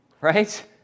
Right